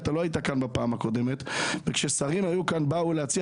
לא היית כאן בפעם הקודמת וכששרים באו להציע